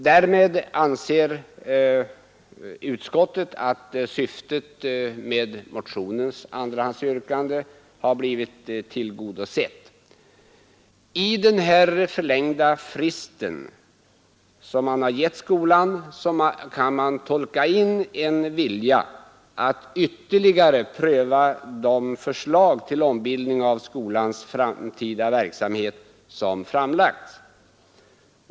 Därmed anser utskottet att syftet med motionens andrahandsyrkande har blivit tillgodosett. I den här förlängda fristen som man gett skolan kan tolkas in en vilja att ytterligare pröva de förslag till ombildning av skolans framtida verksamhet som framlagts.